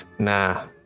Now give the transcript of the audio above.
Nah